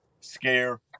scare